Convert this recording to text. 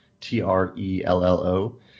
T-R-E-L-L-O